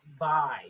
vibe